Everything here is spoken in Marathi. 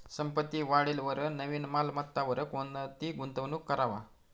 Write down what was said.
संपत्ती वाढेलवर नवीन मालमत्तावर कोणती गुंतवणूक करवा